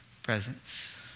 presence